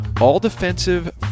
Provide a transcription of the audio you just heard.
all-defensive